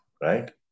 Right